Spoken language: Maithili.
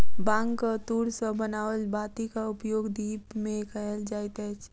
बांगक तूर सॅ बनाओल बातीक उपयोग दीप मे कयल जाइत अछि